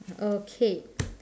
okay